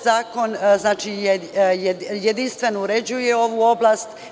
Zakon jedistveno uređuje ovu oblast.